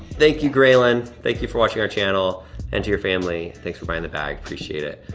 thank you graylin. thank you for watching our channel and to your family, thanks for buying the bag, appreciate it.